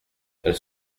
elle